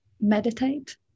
meditate